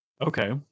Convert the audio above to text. Okay